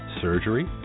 surgery